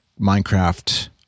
Minecraft